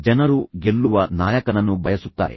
ಜನರು ಗೆಲ್ಲುವ ನಾಯಕನನ್ನು ಬಯಸುತ್ತಾರೆ